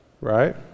right